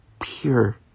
Pure